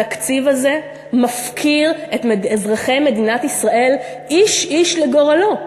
התקציב הזה מפקיר את אזרחי מדינת ישראל איש-איש לגורלו.